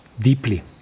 deeply